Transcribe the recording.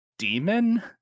demon